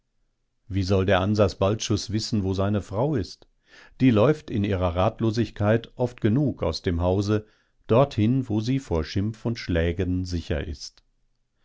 wie soll der ansas balczus wissen wo seine frau ist die läuft in ihrer ratlosigkeit oft genug aus dem hause dorthin wo sie vor schimpf und schlägen sicher ist